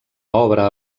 obra